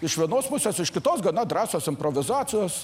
iš vienos pusės iš kitos gana drąsios improvizacijos